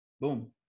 boom